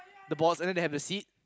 the bollards and they have the seat